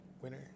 winner